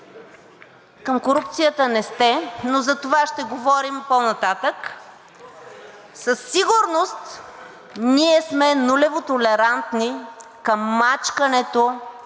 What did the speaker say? към корупцията не сте, но затова ще говорим по-нататък, със сигурност ние сме нулево толерантни към мачкането